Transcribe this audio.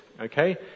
Okay